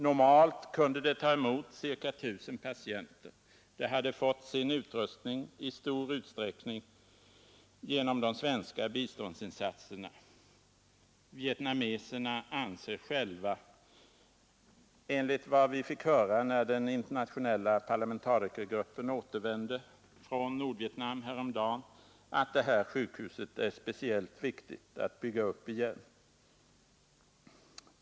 Normalt kunde det ta emot ca 1 000 patienter. Det hade fått sin utrustning i stor utsträckning genom de svenska biståndsinsatserna. Vietnameserna anser själva, enligt vad vi fick höra när den internationella parlamentarikergruppen återvände från Nordvietnam häromdagen, att det här sjukhuset är speciellt viktigt att bygga upp igen.